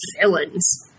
villains